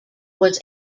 was